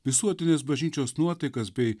visuotinės bažnyčios nuotaikas bei